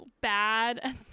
bad